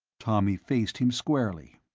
tommy faced him squarely.